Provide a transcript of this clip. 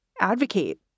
advocate